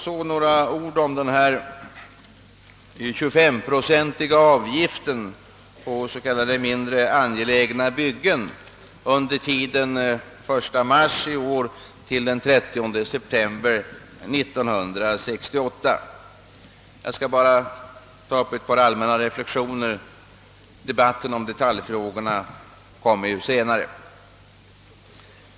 Så några ord om den 25-procentiga avgiften till s.k. mindre angelägna byggen under tiden 1 mars i år till 30 september 1968. Jag skall bara göra ett par allmänna reflexioner; debatten om detaljfrågorna kommer ju senare.